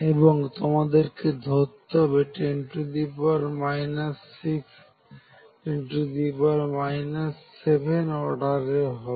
এবং তোমাদেরকে ধরতে হবে 10 6 10 7 অর্ডারের হবে